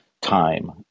time